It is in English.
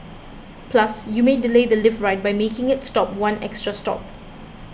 plus you may delay the lift ride by making it stop one extra stop